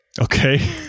Okay